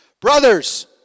Brothers